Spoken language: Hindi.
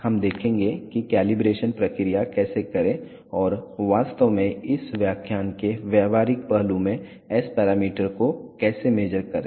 हम देखेंगे कि कैलिब्रेशन प्रक्रिया कैसे करें और वास्तव में इस व्याख्यान के व्यावहारिक पहलू में एस पैरामीटर को कैसे मेज़र करें